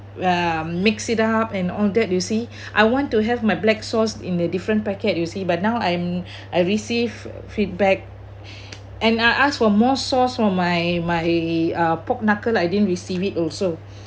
uh mix it up and all that you see I want to have my black sauce in a different packet you see but now I'm I receive feedback and I asked for more sauce for my my uh pork knuckle I didn't receive it also